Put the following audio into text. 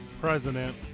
president